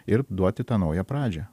ir duoti tą naują pradžią